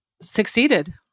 succeeded